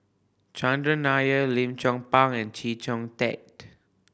Chandran Nair Lim Chong Pang and Chee Kong Tet